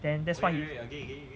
then that's why he